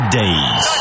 days